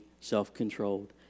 self-controlled